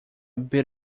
bit